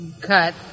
cut